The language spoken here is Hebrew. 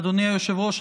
אדוני היושב-ראש,